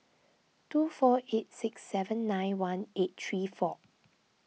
two four eight six seven nine one eight three four